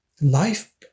Life